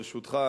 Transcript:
ברשותך,